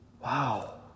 Wow